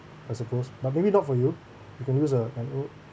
I suppose but maybe not for you you can use uh I don't know